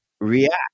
react